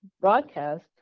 broadcast